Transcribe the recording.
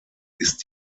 ist